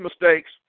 mistakes